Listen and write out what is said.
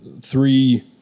three